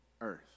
earth